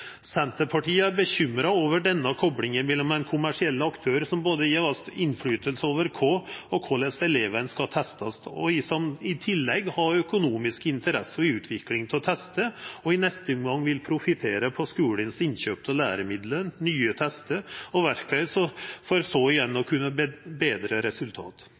Senterpartiet er bekymra over denne koplinga til ein kommersiell aktør som får påverka kva og korleis eleven skal testast, og i tillegg har økonomiske interesser i utvikling av testar og i neste omgang vil profittera på innkjøp av læremiddel, nye testar og verktøy i skulane, for så igjen